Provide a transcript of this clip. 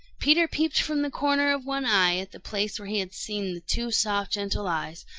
peter peeped from the corner of one eye at the place where he had seen the two soft, gentle eyes,